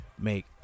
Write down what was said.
make